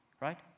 right